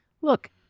Look